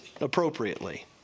appropriately